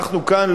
אנחנו כאן,